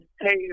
Hey